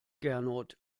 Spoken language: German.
gernot